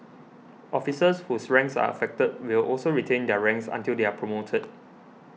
officers whose ranks are affected will also retain their ranks until they are promoted